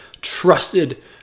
trusted